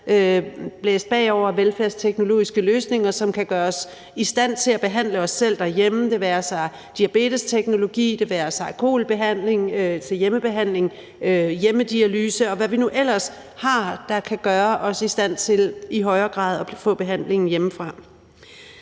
blæst bagover af velfærdsteknologiske løsninger, som kan gøre os i stand til at behandle os selv derhjemme. Det være sig diabetesteknologi, det være sig kol-behandling derhjemme og hjemmedialyse, og hvad vi nu ellers har, der kan gøre os i stand til i højere grad at kunne få behandling hjemmefra.